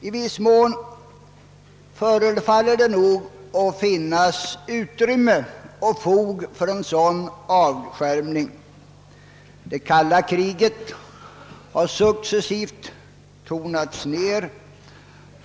I viss mån förefaller det att finnas utrymme och fog för en sådan avskärmning. Det kalla kriget har successivt tonats ned.